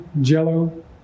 Jell-O